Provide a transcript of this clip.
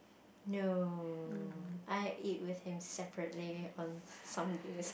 no I eat with him separately on some days